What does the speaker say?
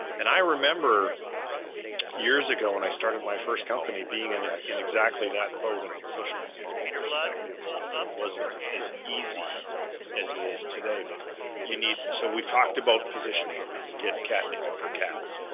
and i remember years ago when i started my first company being in ah in exactly that boat and social media didn't exist back then. so it wasn't as easy as it is today. but you need, so we've talked about positioning get catnip for cats.